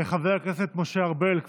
חבר הכנסת משה ארבל, כבודו,